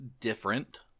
different